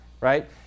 right